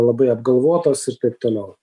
labai apgalvotos ir taip toliau